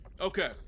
Okay